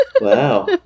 Wow